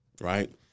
right